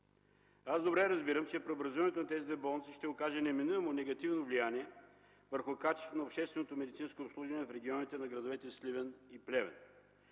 Аз добре разбирам, че преобразуването на тези две болници ще окаже неминуемо негативно влияние върху качеството на общественото медицинско обслужване в регионите на градовете Сливен и Плевен.